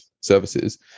services